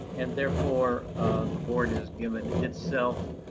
and therefore the board has given itself